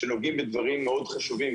שנוגעים בדברים מאוד חשובים,